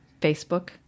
Facebook